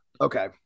Okay